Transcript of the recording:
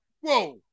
whoa